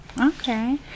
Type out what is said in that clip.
Okay